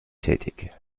tätig